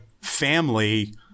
family